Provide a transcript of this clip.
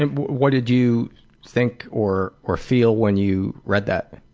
and what did you think or or feel when you read that?